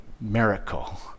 miracle